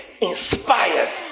inspired